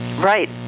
right